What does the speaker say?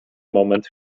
moment